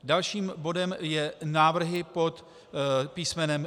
Dalším bodem jsou návrhy pod písmenem D.